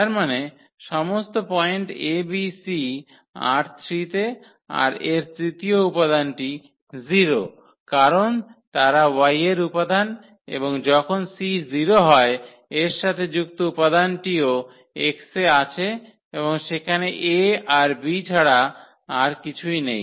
তার মানে সমস্ত পয়েন্টabc ℝ3 তে আর এর তৃতীয় উপাদানটি 0 কারণ তারা Y এর উপাদান এবং যখন c 0 হয় এর সাথে যুক্ত উপাদানটিও X এ আছে এবং সেখানে a আর b ছাড়া আর কিছুই নেই